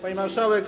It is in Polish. Pani Marszałek!